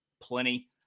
plenty